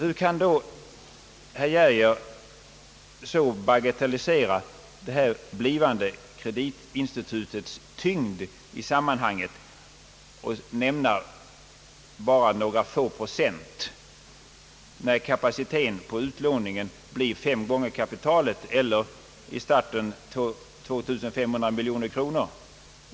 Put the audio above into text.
Hur kan då herr Geijer så bagatellisera detta blivande kreditinstituts tyngd i sammanhanget och tala om bara några få procent, när kapaciteten på utlåningen blir fem gånger kapitalet eller i starten 2 500 miljoner kronor.